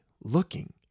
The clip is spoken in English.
looking